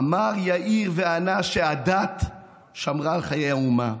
אמר יאיר וענה שהדת שמרה על חיי האומה,